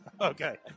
Okay